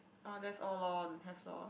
uh that's all lor that's all